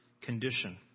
condition